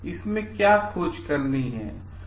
इसमें क्या खोज करनी है है